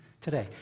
today